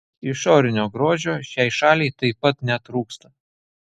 išorinio grožio šiai šaliai taip pat netrūksta